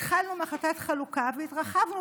התחלנו מהחלטת החלוקה והתרחבנו,